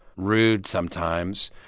rude sometimes.